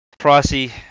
Pricey